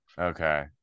okay